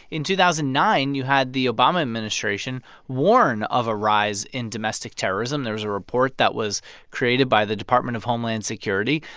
in two thousand and nine, you had the obama administration warn of a rise in domestic terrorism. there was a report that was created by the department of homeland security.